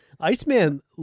Iceman